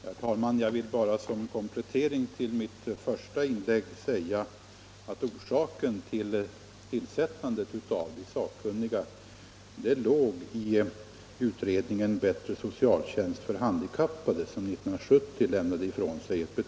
Herr talman! Jag vill bara som komplettering till mitt första inlägg säga att orsaken till tillsättandet av de sakkunniga låg i utredningsbetänkandet Bättre socialtjänst för handikappade, som avlämnades 1970.